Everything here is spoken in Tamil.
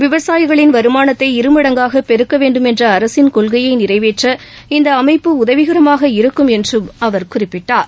விவசாயிகளின் வருமானத்தை இருமடங்காக பெருக்கவேண்டும் என்ற அரசின் கொள்கையை நிறைவேற்ற இந்த அமைப்பு உதவிகரமாக இருக்கும் என்றும் அவர் குறிப்பிட்டார்